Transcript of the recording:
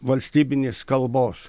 valstybinės kalbos